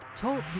Talk